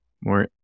more